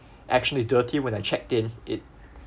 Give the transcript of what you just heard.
actually dirty when I checked in it